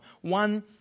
one